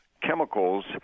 chemicals